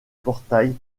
portail